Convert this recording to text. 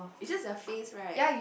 it's just their face right